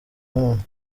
w’umuntu